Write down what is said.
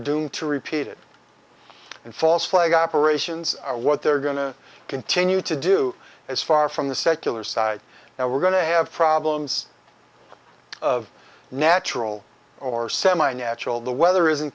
doomed to repeat it and false flag operations are what they're going to continue to do as far from the secular side and we're going to have problems of natural or semi natural the weather isn't